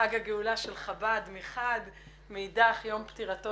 חג הגאולה של חב"ד מחד ומאידך יום פטירתו